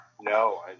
No